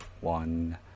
one